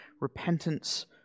repentance